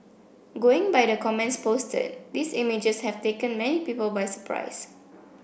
going by the comments posted these images have taken many people by surprise